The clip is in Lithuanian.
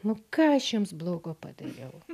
nu ką aš jums blogo padariau